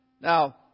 Now